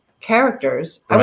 characters